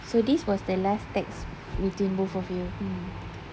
so this was the last text between both of you